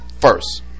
first